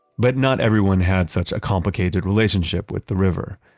but not everyone had such a complicated relationship with the river.